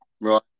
right